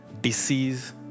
disease